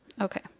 Okay